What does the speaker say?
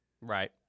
Right